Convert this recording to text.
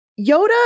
Yoda